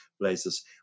places